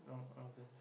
long long pants